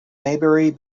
maybury